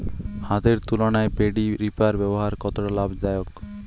হাতের তুলনায় paddy reaper ব্যবহার কতটা লাভদায়ক?